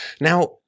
Now